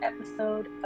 episode